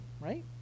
Right